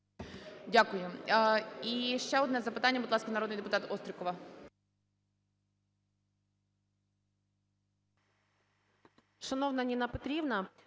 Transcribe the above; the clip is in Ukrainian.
Дякую. І ще одне запитання, будь ласка, народний депутат Острікова.